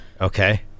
Okay